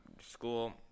school